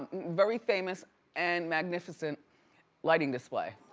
very famous and magnificent lighting display.